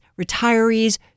retirees